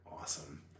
awesome